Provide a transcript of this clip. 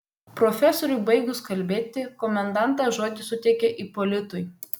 profesoriui baigus kalbėti komendantas žodį suteikė ipolitui